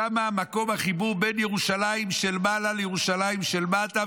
שם מקום החיבור בין ירושלים של מעלה לירושלים של מטה,